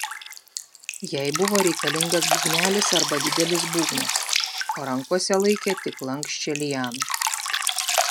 jai buvo reikalingas būgnelis arba didelis būgnas o rankose laikė tik lanksčią lianą